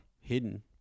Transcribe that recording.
hidden